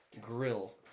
grill